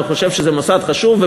וחושב שזה מוסד חשוב,